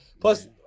Plus